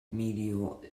medial